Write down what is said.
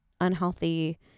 unhealthy